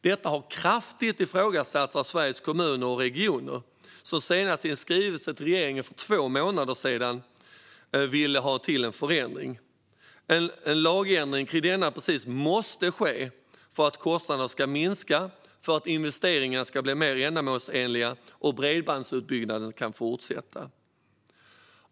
Detta har kraftigt ifrågasatts av Sveriges Kommuner och Regioner, som för två månader sedan i en skrivelse till regeringen framförde att man ville ha till en förändring. En lagändring kring denna princip måste ske för att kostnader ska minska, för att investeringar ska bli mer ändamålsenliga och för att bredbandsutbyggnaden ska kunna fortsätta.